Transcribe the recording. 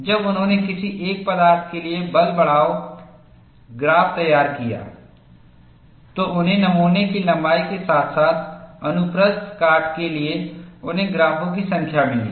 जब उन्होंने किसी एक पदार्थ के लिए बल बढ़ाव ग्राफ तैयार किया तो उन्हें नमूने की लंबाई के साथ साथ अनुप्रस्थ काट के लिए उन्हें ग्राफो की संख्या मिली